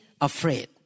afraid